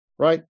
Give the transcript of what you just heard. Right